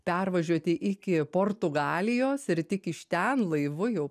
pervažiuoti iki portugalijos ir tik iš ten laivu jau